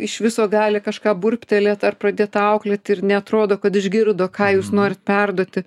iš viso gali kažką burbtelėt ar pradėt auklėti ir neatrodo kad išgirdo ką jūs norit perduoti